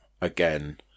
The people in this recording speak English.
again